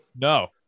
no